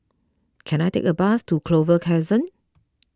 can I take a bus to Clover Crescent